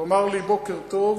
הוא אמר לי בוקר טוב,